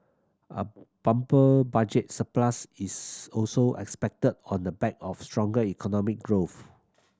a bumper budget surplus is also expected on the back of stronger economic growth